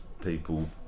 people